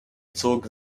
zogen